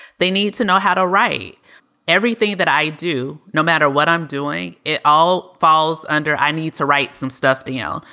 they need to know how to write everything that i do, no matter what i'm doing, it all falls under. i need to write some stuff down. you know